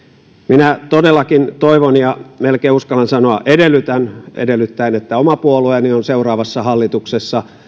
minä todellakin toivon ja melkein uskallan sanoa että edellytän edellyttäen että oma puolueeni on seuraavassa hallituksessa